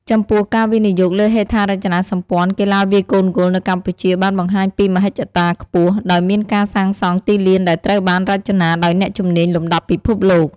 ចំពោះ ការវិនិយោគលើហេដ្ឋារចនាសម្ព័ន្ធកីឡាវាយកូនហ្គោលនៅកម្ពុជាបានបង្ហាញពីមហិច្ឆតាខ្ពស់ ដោយមានការសាងសង់ទីលានដែលត្រូវបានរចនាដោយអ្នកជំនាញលំដាប់ពិភពលោក